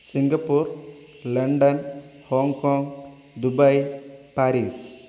Singapore London Hong Kong Dubai Paris